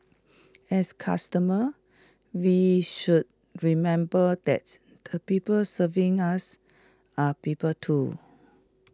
as customers we should remember that the people serving us are people too